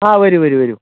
ആ വരൂ വരൂ വരൂ